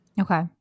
Okay